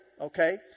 Okay